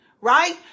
Right